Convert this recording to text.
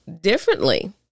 differently